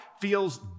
feels